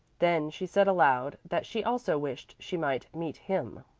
then she said aloud that she also wished she might meet him.